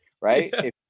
Right